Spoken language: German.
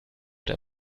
der